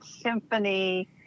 Symphony